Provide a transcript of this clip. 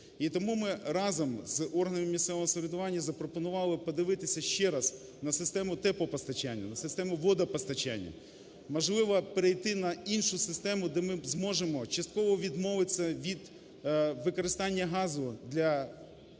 І тому ми разом з органами місцевого самоврядування запропонували подивитися ще раз на систему теплопостачання, на систему водопостачання. Можливо, перейти на іншу систему, де ми зможемо частково відмовитись від використання газу для